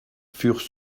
furent